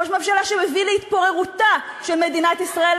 ראש ממשלה שמביא להתפוררותה של מדינת ישראל,